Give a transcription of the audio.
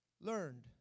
learned